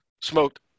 smoked